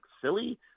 silly